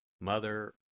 Mother